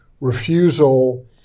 refusal